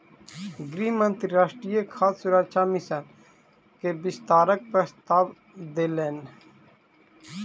गृह मंत्री राष्ट्रीय खाद्य सुरक्षा मिशन के विस्तारक प्रस्ताव देलैन